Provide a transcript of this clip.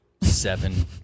seven